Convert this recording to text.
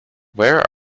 where